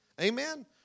Amen